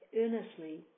earnestly